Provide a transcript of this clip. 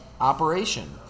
Operation